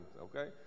okay